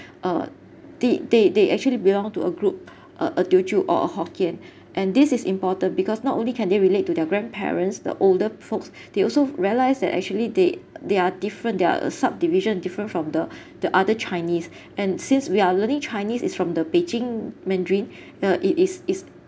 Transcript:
uh did they they actually belong to a group a a teochew or a hokkien and this is important because not only can they relate to their grandparents the older folks they also realise that actually they they are different there a sub division different from the the other chinese and since we are learning chinese is from the Beijing mandarin uh it is is